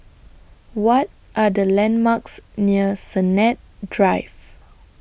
What Are The landmarks near Sennett Drive